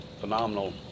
phenomenal